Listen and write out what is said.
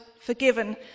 forgiven